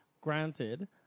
Granted